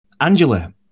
Angela